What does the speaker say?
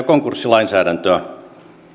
konkurssilainsäädäntöä